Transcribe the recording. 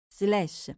slash